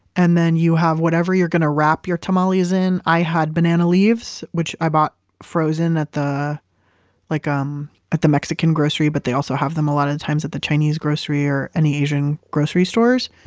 and then you have whatever you're going to wrap your tamales in. i had banana leaves, which i bought frozen at the like um at the mexican grocery, but they also have them a lot of the times at the chinese grocery, or any asian grocery stores,